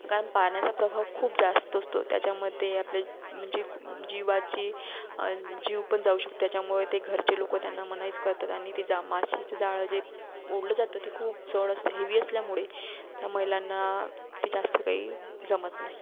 कारण पाण्याचा प्रभाव खूप जास्त असतो त्याच्यामध्ये आपले म्हणजे जिवाची जीव पण जाऊ शक्अ त्याच्यामुळे ते घरचे लोकं त्यांना मनाईच करतात आणि ते जां माशाचं जाळं जे ओढलं जातं ते खूप जड असतं हेवी असल्यामुळे त्या महिलांना ते जास्त काही जमत नाही